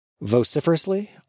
vociferously